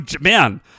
man